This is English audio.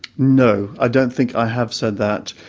no. i don't think i have said that.